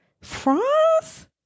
France